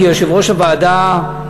כיושב-ראש הוועדה,